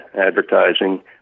advertising